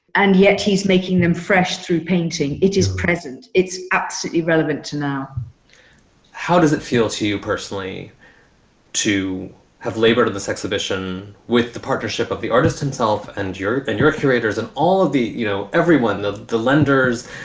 and yet he's making them fresh through painting. it is present. it's absolutely relevant to now how does it feel to you personally to have labor to this exhibition with the partnership of the artist himself and your and your curators and all of the, you know, everyone that the lenders,